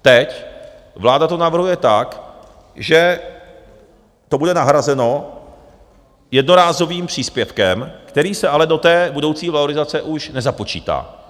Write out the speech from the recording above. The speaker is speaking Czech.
Teď vláda to navrhuje tak, že to bude nahrazeno jednorázovým příspěvkem, který se ale do té budoucí valorizace už nezapočítá.